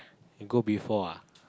you go before ah